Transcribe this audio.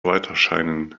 weiterscheinen